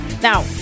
Now